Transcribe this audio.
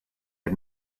had